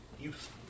youth